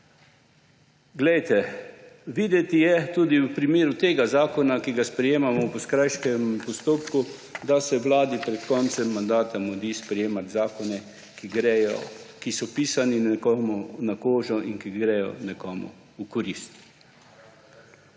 območja. Videti je tudi v primeru tega zakona, ki ga sprejemamo po skrajšanem postopku, da se vladi pred koncem mandata mudi sprejemati zakone, ki so pisani nekomu na kožo in ki gredo nekomu v korist.